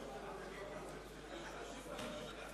רבותי חברי הכנסת,